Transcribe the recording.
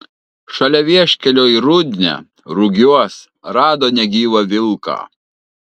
šalia vieškelio į rudnią rugiuos rado negyvą vilką